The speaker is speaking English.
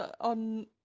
on